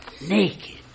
naked